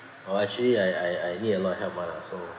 oh actually I I I need a lot help [one] ah so